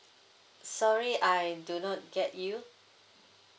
sorry I do not get you